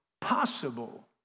possible